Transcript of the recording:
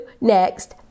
next